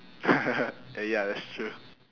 eh ya that's true